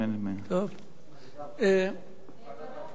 ועדת כספים.